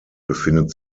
befindet